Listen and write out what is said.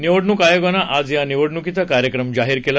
निवडणूक आयोगानं आज या निवडणूकीचा कार्यक्रम जाहीर केला